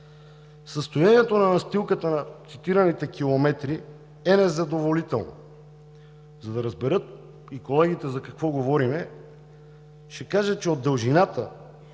„Състоянието на настилката на цитираните километри е незадоволително.“ За да разберат и колегите за какво говорим, ще кажа, че от дължината